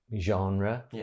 genre